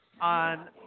on